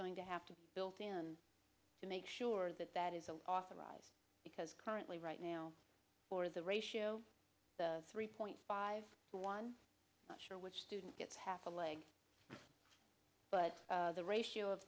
going to have to be built in to make sure that that is authorized because currently right now or the ratio the three point five one not sure which student gets half a leg but the ratio of